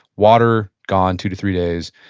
water gone, two to three days.